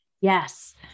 yes